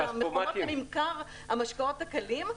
את המכונות לממכר המשקאות הקלים.